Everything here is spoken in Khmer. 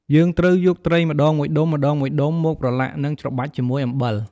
យើងត្រូវយកត្រីម្ដងមួយដុំៗមកប្រឡាក់ និងច្របាច់ជាមួយអំបិល។